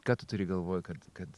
ką tu turi galvoj kad kad